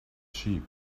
sheep